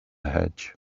hedge